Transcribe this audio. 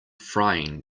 frying